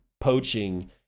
poaching